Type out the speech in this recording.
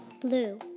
Blue